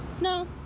no